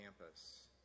campus